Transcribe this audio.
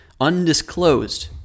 undisclosed